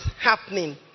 happening